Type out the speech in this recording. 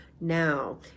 now